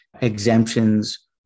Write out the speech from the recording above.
exemptions